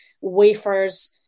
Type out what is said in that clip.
wafers